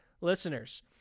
listeners